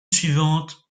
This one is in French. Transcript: suivante